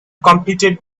completed